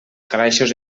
calaixos